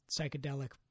psychedelic